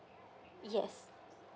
yes